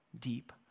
deep